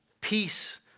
peace